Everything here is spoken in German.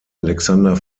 alexander